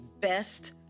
best